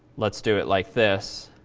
let's do it like this,